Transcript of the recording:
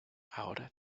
ahora